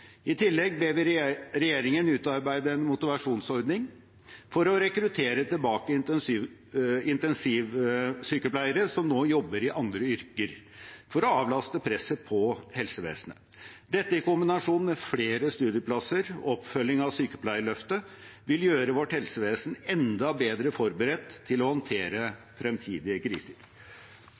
I tillegg ber vi regjeringen utarbeide en motivasjonsordning for å rekruttere tilbake intensivsykepleiere som nå jobber i andre yrker, for å avlaste presset på helsevesenet. Dette, i kombinasjon med flere studieplasser og oppfølging av sykepleierløftet, vil gjøre vårt helsevesen enda bedre forberedt til å håndtere fremtidige kriser.